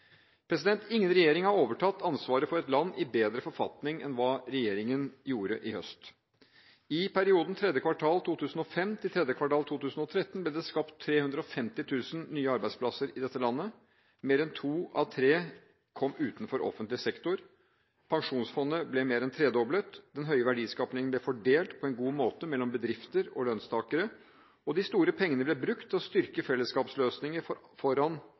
Ingen regjering har overtatt ansvaret for et land i bedre forfatning enn hva regjeringen gjorde i høst. I perioden tredje kvartal 2005 til tredje kvartal 2013 ble det skapt 350 000 nye arbeidsplasser i dette landet. Mer enn to av tre kom utenfor offentlig sektor. Pensjonsfondet ble mer enn tredoblet, den høye verdiskapingen ble fordelt på en god måte mellom bedrifter og lønnstakere, og de store pengene ble brukt til å styrke fellesskapsløsninger for